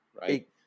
right